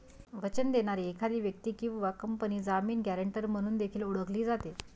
वचन देणारी एखादी व्यक्ती किंवा कंपनी जामीन, गॅरेंटर म्हणून देखील ओळखली जाते